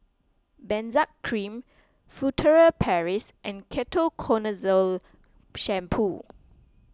Benzac Cream Furtere Paris and Ketoconazole Shampoo